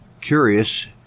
curious